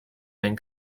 been